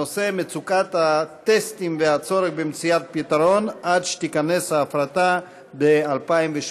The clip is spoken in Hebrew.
הנושא: מצוקת הטסטים והצורך במציאת פתרון עד שתיכנס ההפרטה ב-2018.